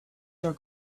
your